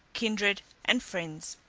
kindred, and friends.